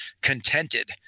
contented